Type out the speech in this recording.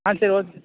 ஆ சரி ஓகே